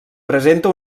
presenta